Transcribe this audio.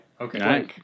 Okay